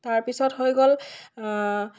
তাৰপিছত হৈ গ'ল